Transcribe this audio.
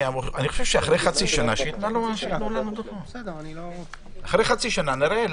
אני חושב שהם צריכים לתת לנו דוחות אחרי חצי שנה ושאחרי חצי שנה נראה.